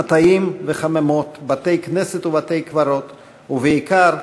מטעים וחממות, בתי-כנסת ובתי-קברות, ובעיקר,